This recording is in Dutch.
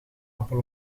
appel